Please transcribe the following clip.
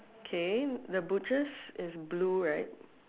okay the butchers is blue right